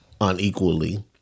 unequally